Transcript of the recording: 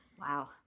Wow